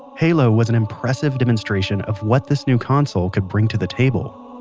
halo was an impressive demonstration of what this new console could bring to the table